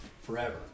forever